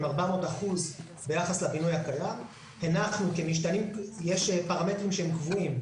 הם 400% ביחס לבינוי הקיים הנחנו שיש פרמטרים שהם קבועים.